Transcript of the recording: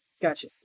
gotcha